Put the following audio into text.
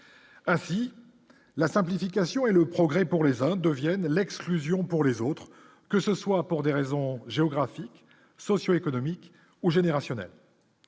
ainsi la simplification et le progrès pour les uns, deviennent l'exclusion pour les autres, que ce soit pour des raisons géographiques socio-économiques ou générationnel